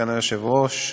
סגן היושב-ראש,